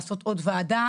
לעשות עוד וועדה.